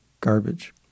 garbage